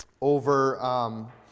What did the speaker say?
over